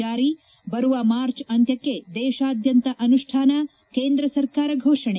ಜಾರಿ ಬರುವ ಮಾರ್ಚ್ ಅಂತ್ಯಕ್ಷೆ ದೇಶಾದ್ವಂತ ಅನುಷ್ಠಾನ ಕೇಂದ್ರ ಸರ್ಕಾರ ಘೋಷಣೆ